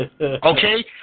Okay